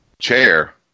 chair